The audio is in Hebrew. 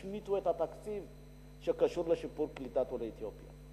בתקציב הדו-שנתי השמיטו את התקציב שקשור בשיפור קליטת עולי אתיופיה.